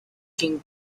king